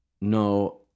no